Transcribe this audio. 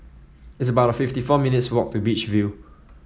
it's about fifty four minutes' walk to Beach View